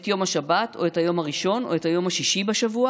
את יום השבת או את היום הראשון או את היום השישי בשבוע,